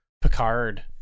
Picard